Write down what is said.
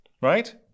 right